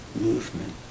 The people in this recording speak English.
movement